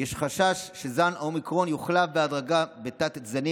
יש חשש שזן אומיקרון יוחלף בהדרגה בתת-זנים